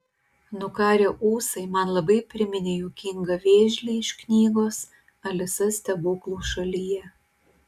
nukarę ūsai man labai priminė juokingą vėžlį iš knygos alisa stebuklų šalyje